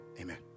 Amen